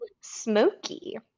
smoky